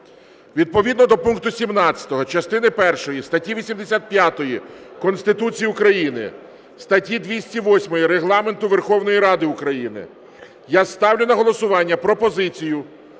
Відповідно до пункту 17 частини першої статті 85 Конституції України, статті 208 Регламенту Верховної Ради України я ставлю на голосування пропозицію